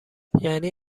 یعنی